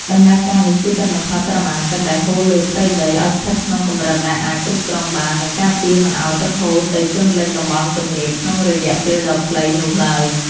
ដំណើរការនេះជួយកាត់បន្ថយបរិមាណទឹកដែលហូរលើផ្ទៃដី ឱ្យស្ថិតក្នុងកម្រិតដែលអាចគ្រប់គ្រងបាន និងការពារមិនឱ្យទឹកហូរទៅជន់លិចតំបន់ទំនាបក្នុងរយៈពេលដ៏ខ្លីនោះឡើយ។